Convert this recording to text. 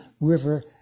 river